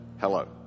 hello